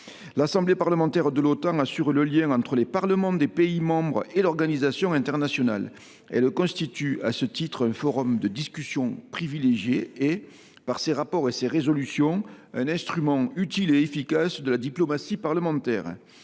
L’Assemblée parlementaire de l’Otan assure le lien entre les parlements des pays membres et l’organisation internationale ; elle constitue à ce titre un forum de discussion privilégié et, par ses rapports et ses résolutions, un instrument utile et efficace de la diplomatie parlementaire.